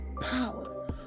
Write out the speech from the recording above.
power